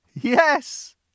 Yes